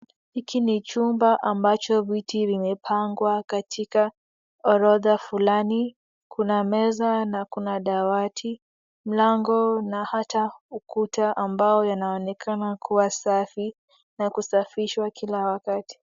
Hiki ni chumba ambacho viti vimepangwa katika orodha fulani, kuna meza na kuna dawati mlango hata ukuta ambao yanaonekana kuwa safi na kusafishwa kila wakati.